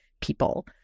people